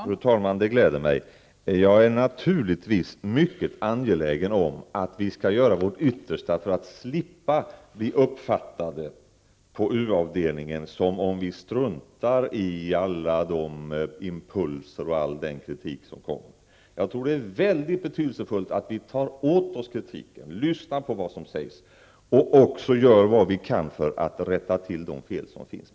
Fru talman! Det gläder mig att höra detta. Jag är naturligtvis mycket angelägen om att vi gör vårt yttersta för att man på u-avdelningen inte uppfattar oss så, att vi struntar i alla impulser och all den kritik som kommer. Jag tror att det är väldigt betydelsefullt att vi tar åt oss när det gäller sådan kritik. Vi måste lyssna till vad som sägs. Dessutom måste vi göra vad vi kan när det gäller att komma till rätta med de fel som finns.